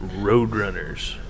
Roadrunners